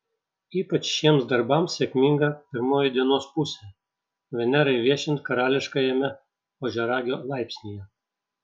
ypač šiems darbams sėkminga pirmoji dienos pusė venerai viešint karališkajame ožiaragio laipsnyje